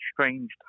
strange